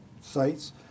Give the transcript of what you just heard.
sites